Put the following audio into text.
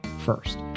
first